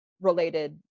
related